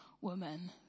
woman